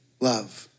love